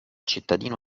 cittadino